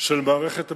של מערכת הביטחון,